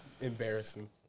Embarrassing